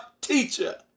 teacher